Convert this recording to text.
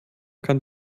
kann